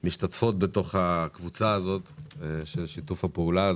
משתתפות בתוך הקבוצה הזאת של שיתוף הפעולה,